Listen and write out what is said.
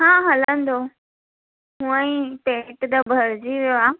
हा हलंदो हूअंई पेट त भर जी वियो आहे